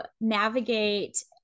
navigate